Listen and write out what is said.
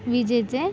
विजेचे